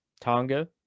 Tonga